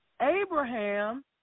Abraham